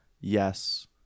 yes